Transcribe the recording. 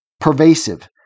pervasive